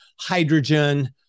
hydrogen